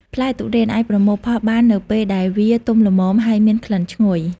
ផ្លែទុរេនអាចប្រមូលផលបាននៅពេលដែលវា ទុំល្មម ហើយមានក្លិនឈ្ងុយ។